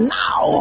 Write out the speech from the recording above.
now